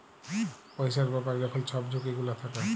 পইসার ব্যাপারে যখল ছব ঝুঁকি গুলা থ্যাকে